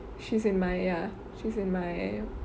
she's in my ya she's in mya